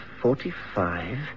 Forty-five